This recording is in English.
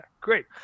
great